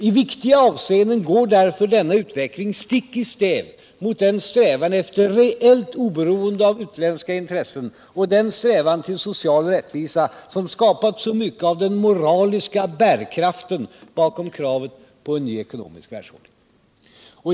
I viktiga avseenden går därför denna utveckling stick i stäv mot den strävan efter reellt oberoende av utländska intressen och den strävan till social rättvisa som skapat så mycket av den moraliska bärkraften bakom kravet på en ny ekonomisk världsordning.